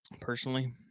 personally